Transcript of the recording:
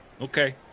Okay